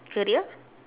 career